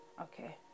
okay